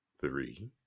three